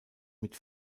mit